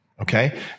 Okay